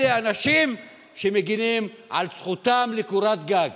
אלה אנשים שמגינים על זכותם לקורת גג.